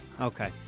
Okay